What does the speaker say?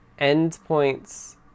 endpoints